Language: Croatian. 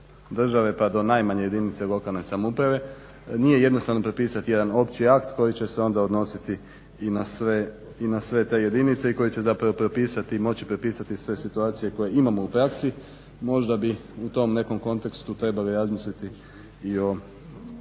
da je on uočio najvažnije točke ovoga zakona. Nije jednostavno prepisati jedan opći akt koji će se onda odnositi i na sve te jedinice i koji će zapravo propisati i moći propisati sve situacije koje imamo u praksi. Možda bi u tom nekom kontekstu trebali razmisliti i o